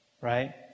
right